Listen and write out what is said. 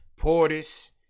Portis